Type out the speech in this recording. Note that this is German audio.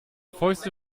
fäuste